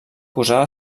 posava